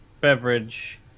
beverage